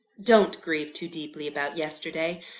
don't grieve too deeply about yesterday!